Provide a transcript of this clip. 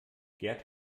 gerd